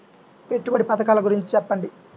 పెట్టుబడి పథకాల గురించి చెప్పండి?